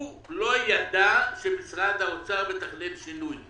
הוא לא ידע שמשרד האוצר מתכנן שינוי.